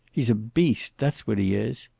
he's a beast that's what he is.